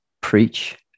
preach